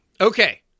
Okay